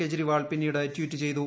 കെജ്രിവാൾ പിന്നീട് ട്വീറ്റ് ചെയ്തു